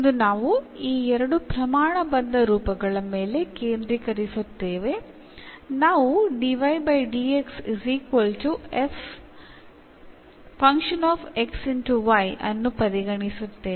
ಇಂದು ನಾವು ಈ ಎರಡು ಪ್ರಮಾಣಬದ್ಧ ರೂಪಗಳ ಮೇಲೆ ಕೇಂದ್ರೀಕರಿಸುತ್ತೇವೆ ನಾವು ಅನ್ನು ಪರಿಗಣಿಸುತ್ತೇವೆ